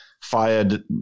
fired